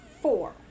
four